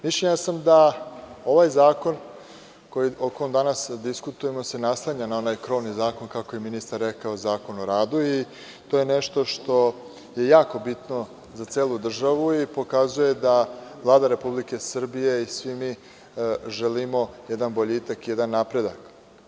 Mišljenja sam da ovaj zakon o kom danas diskutujemo se naslanja na onaj krovni zakon, kako je ministar rekao, Zakon o radu, i to je nešto što je jako bitno za celu državu i pokazuje da Vlada Republike Srbije i svi mi želimo jedan boljitak, jedan napredak.